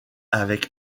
avec